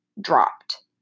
dropped